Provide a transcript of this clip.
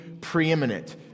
preeminent